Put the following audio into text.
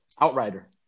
Outrider